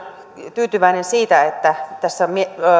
tyytyväinen siitä että tässä